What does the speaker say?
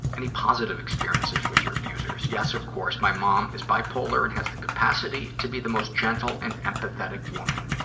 any positive experiences with your abusers? yes, of course. my mom is bipolar and has the capacity to be the most gentle and empathetic woman.